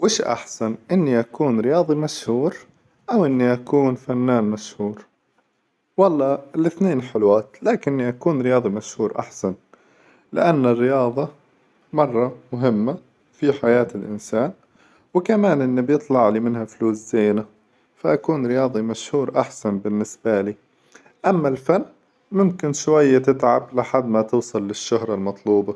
وش أحسن إني أكون رياظي مشهور أو إني أكون فنان مشهور؟ والله الاثنين حلوات، لكني أكون رياظي مشهور أحسن، لأن الرياظة مرة مهمة في حياة الإنسان، وكمان إن بيطلع لي منها فلوس زينة، فأكون رياظي مشهور أحسن بالنسبة لي، أما الفن ممكن شوية تتعب لحد ما توصل للشهرة المطلوبة.